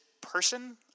person